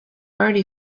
already